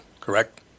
correct